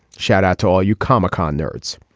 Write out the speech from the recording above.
shout out to all you comic con nerds.